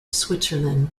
switzerland